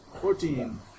Fourteen